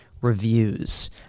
reviews